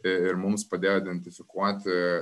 ir mums padėjo identifikuoti